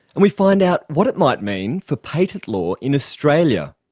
and we find out what it might mean for patent law in australia.